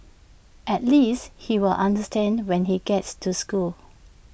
at least he'll understand when he gets to school